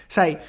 Sai